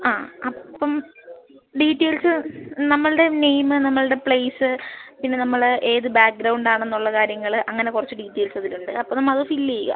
ആ അപ്പം ഡീറ്റെയിൽസ് നമ്മളുടെ നെയിമ് നമ്മളുടെ പ്ലേസ് പിന്നെ നമ്മൾ ഏത് ബാക്ക്ഗ്രൗണ്ടാണെന്നുള്ള കാര്യങ്ങൾ അങ്ങനെ കുറച്ച് ഡീറ്റെയിൽസ് അതിലുണ്ട് അപ്പോൾ നമ്മൾ അത് ഫില്ല് ചെയ്യുക